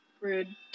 Rude